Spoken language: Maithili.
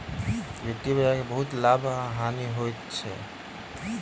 वित्तीय बजार के बहुत लाभ आ हानि होइत अछि